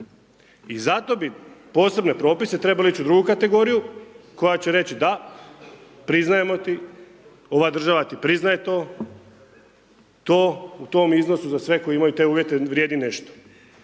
I za to bi posebni propisi trebali ići u drugu kategoriju koja će reći da, priznajemo ti, ova država ti priznaje to, to u tom iznosu za sve koji imaju te uvjete vrijedi nešto.